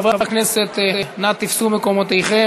חברי הכנסת, נא תפסו מקומותיכם.